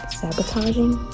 sabotaging